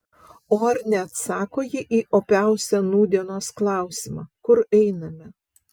o ar neatsako ji į opiausią nūdienos klausimą kur einame